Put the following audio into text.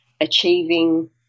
achieving